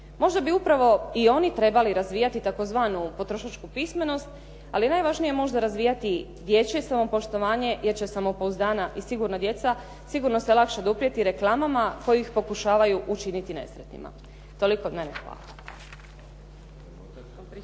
Možda bi upravo i oni trebali razvijati tzv. potrošačku pismenost, ali je najvažnije možda razvijati dječje samopoštovanje jer će samopouzdana i sigurna djeca sigurno se lakše oduprijeti reklamama koje ih pokušavaju učiniti nesretnima. Toliko od mene. Hvala.